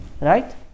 Right